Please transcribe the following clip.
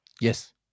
Yes